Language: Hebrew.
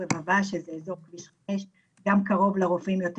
שזה אזור כביש חמש וככה זה גם קרוב לרופאים יותר